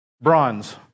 Bronze